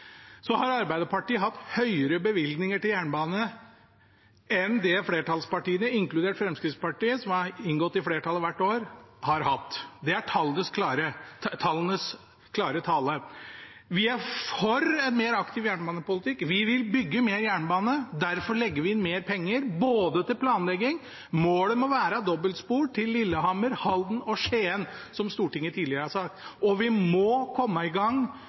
har Arbeiderpartiet hatt høyere bevilgninger til jernbane enn det flertallspartiene, inkludert Fremskrittspartiet, som har inngått i flertallet hvert år, har hatt. Det er tallenes klare tale. Vi er for en mer aktiv jernbanepolitikk, vi vil bygge mer jernbane, derfor legger vi inn mer penger, også til planlegging. Målet må være dobbeltspor til Lillehammer, Halden og Skien, som Stortinget tidligere har sagt. Vi må også komme i gang